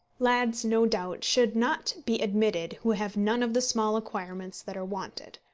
lads, no doubt, should not be admitted who have none of the small acquirements that are wanted.